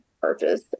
purchase